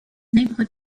neighborhood